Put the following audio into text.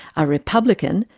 a republican,